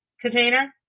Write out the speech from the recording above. container